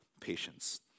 patience